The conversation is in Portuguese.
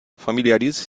familiarize